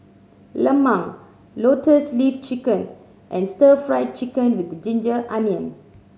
lemang Lotus Leaf Chicken and Stir Fried Chicken with ginger onion